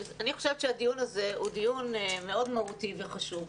אני חושבת שהדיון הזה הוא דיון מאוד מהותי וחשוב.